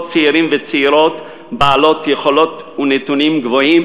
צעירים וצעירות בעלי יכולות ונתונים גבוהים,